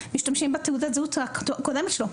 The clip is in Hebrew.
משתמשים בתעודת הזהות הקודמת שלו.